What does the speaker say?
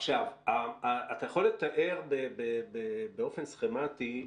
אתה יכול לתאר באופן סכמתי,